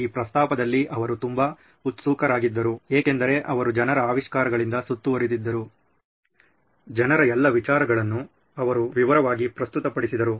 ಈ ಪ್ರಸ್ತಾಪದಲ್ಲಿ ಅವರು ತುಂಬಾ ಉತ್ಸುಕರಾಗಿದ್ದರು ಏಕೆಂದರೆ ಅವರು ಜನರ ಆವಿಷ್ಕಾರಗಳಿಂದ ಸುತ್ತುವರಿದಿದ್ದರು ಜನರ ಎಲ್ಲ ವಿಚಾರಗಳನ್ನು ಅವರು ವಿವರವಾಗಿ ಪ್ರಸ್ತುತಪಡಿಸಿದರು